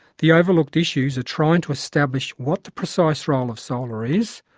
the overlooked issues are trying to establish what the precise role um of solar is,